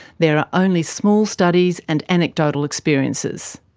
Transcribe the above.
there are only small studies and anecdotal experiences.